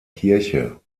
kirche